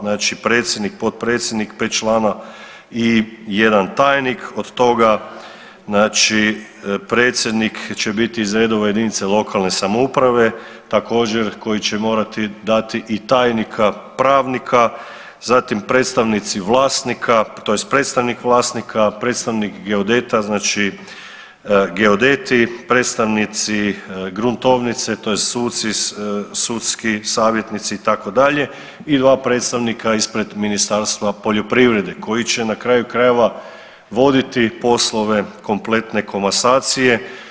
Znači predsjednik, potpredsjednik, 5 člana i 1 tajnik, od toga znači predsjednik će biti iz redova jedinice lokalne samouprave, također koji će morati dati i tajnika pravnika, zatim predstavnici vlasnika tj. predstavnik vlasnika, predstavnik geodeta, znači geodeti, predstavnici gruntovnice tj. suci, sudski savjetnici itd. i 2 predstavnika ispred Ministarstva poljoprivrede koji će na kraju krajeva voditi poslove kompletne komasacije.